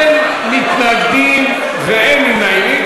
אין מתנגדים ואין נמנעים.